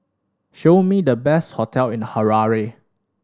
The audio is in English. show me the best hotel in the Harare